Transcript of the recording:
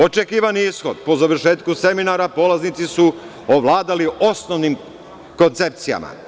Očekivani ishod – po završetku seminara polaznici su ovladali osnovnim koncepcijama.